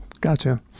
Gotcha